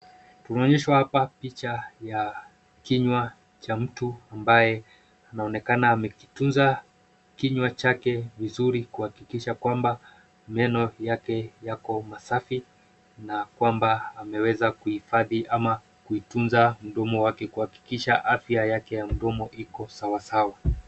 Tunaonyeshwa hapa picha ya kinywa cha mtu ambaye anaonekana amekitunza kinywa chake vizuri kuhakikisha kwamba meno yake yako masafi na kwamba ameweza kuhifadhi ama kuitunza mdomo wake kuhakikisha afya yake ya mdomo iko sawa sawa.